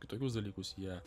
kitokius dalykus jie